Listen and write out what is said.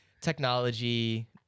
technology